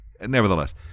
Nevertheless